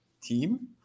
team